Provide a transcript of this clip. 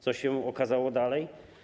Co się okazało dalej?